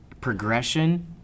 progression